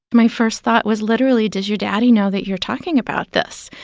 my first thought was literally, does your daddy know that you're talking about this?